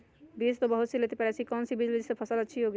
बीज तो बहुत सी लेते हैं पर ऐसी कौन सी बिज जिससे फसल अच्छी होगी?